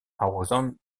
arrosant